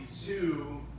two